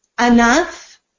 enough